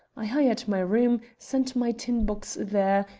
i hired my room sent my tin box there,